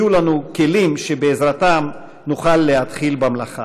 יהיו לנו כלים שבעזרתם נוכל להתחיל במלאכה.